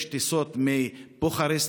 יש טיסות מבוקרשט,